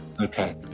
Okay